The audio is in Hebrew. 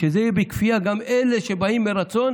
כשזה יהיה בכפייה, גם אלה שבאים ברצון